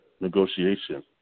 negotiation